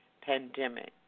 pandemic